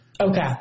Okay